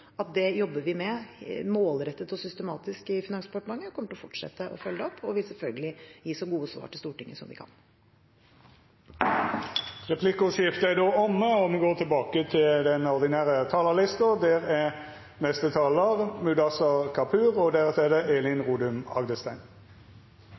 vi jobber med det målrettet og systematisk i Finansdepartementet. Vi kommer til å fortsette å følge det opp og vil selvfølgelig gi så gode svar til Stortinget som vi kan. Replikkordsskiftet er omme. Dei talarane som heretter får ordet, har ei taletid på inntil 3 minutt. Dette er på mange måter fortsettelsen av en debatt som det